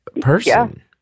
person